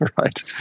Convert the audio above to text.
right